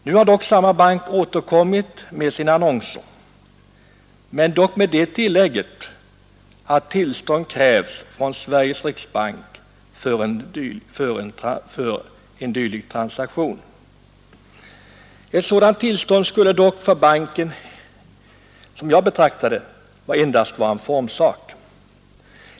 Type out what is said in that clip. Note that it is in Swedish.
Nu har dock samma bank återkommit med sina annonser men med tillägget att tillstånd krävs från Sveriges riksbank för en dylik transaktion. Ett sådant tillstånd skulle dock för banken, som jag betraktar det, endast vara en formsak.